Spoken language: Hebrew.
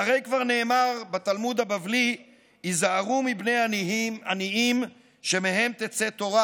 הרי כבר נאמר בתלמוד הבבלי: "היזהרו בבני עניים שמהם תצא תורה"